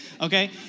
okay